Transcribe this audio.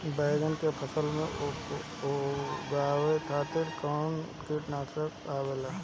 बैंगन के फसल में उपयोग करे खातिर कउन कीटनाशक आवेला?